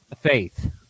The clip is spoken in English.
faith